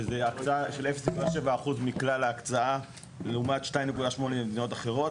שזאת הקצאה של 0.7 אחוז מכלל ההקצאה לעומת 2.8 בממוצע במדינות אחרות